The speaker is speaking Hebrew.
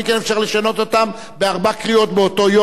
נו, זה דבר שלא מתקבל על הדעת.